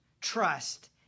trust